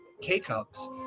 K-Cups